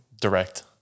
direct